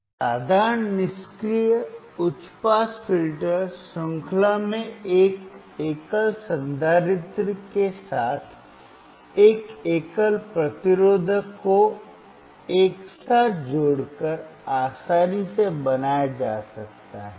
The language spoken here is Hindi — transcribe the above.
एक साधारण निष्क्रिय उच्च पास फिल्टर श्रृंखला में एक एकल संधारित्र के साथ एक एकल प्रतिरोधक को एक साथ जोड़कर आसानी से बनाया जा सकता है